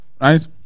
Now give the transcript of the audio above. right